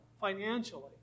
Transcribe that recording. financially